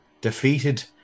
Defeated